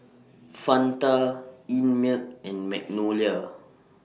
Fanta Einmilk and Magnolia